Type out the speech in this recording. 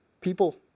people